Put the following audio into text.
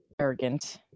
arrogant